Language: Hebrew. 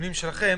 בדיונים שלכם,